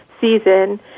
season